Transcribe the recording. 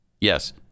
Yes